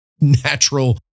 natural